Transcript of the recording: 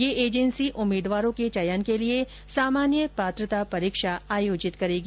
यह एजेंसी उम्मीदवारों के चयन के लिए सामान्य पात्रता परीक्षा आयोजित करेगी